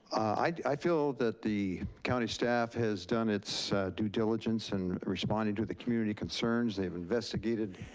i feel that the county staff has done its due diligence in responding to the community concerns. they've investigated